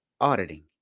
auditing